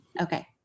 Okay